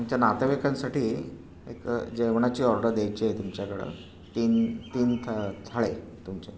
आमच्या नातेवाईकांसाठी एक जेवणाची ऑर्डर द्यायची आहे तुमच्याकडं तीन तीन थ थाळे तुमचे